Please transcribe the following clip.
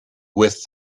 with